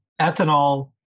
ethanol